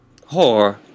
Whore